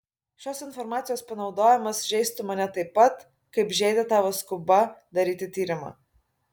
šios informacijos panaudojimas žeistų mane taip pat kaip žeidė tavo skuba daryti tyrimą